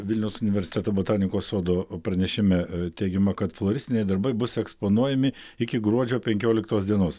vilniaus universiteto botanikos sodo pranešime teigiama kad floristiniai darbai bus eksponuojami iki gruodžio penkioliktos dienos